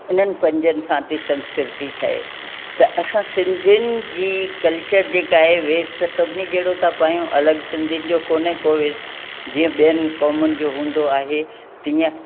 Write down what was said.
इन्हनि पंजनि सांती संस्कृती ठहे त असां सिंधीयुनि जी कल्चर जेका आहे वेस त सभिनी जहिड़ो था पायूं अलॻि सिंधियुनि जो कोने को वेस जीअं ॿियनि क़ौमनि जो हूंदो आहे तीअं